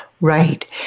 Right